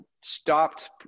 stopped